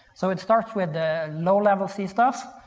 so it starts with the low level c stuff,